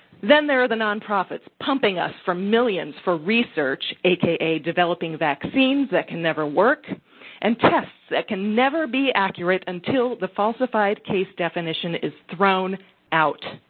then, there are the nonprofits pumping us for millions for research, research, aka developing vaccines that can never work and tests that can never be accurate until the falsified case definition is thrown out.